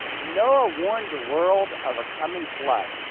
noah warned the world of a coming flood.